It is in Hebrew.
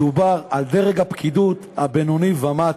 מדובר על דרג הפקידות הבינוני ומטה.